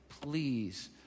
Please